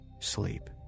sleep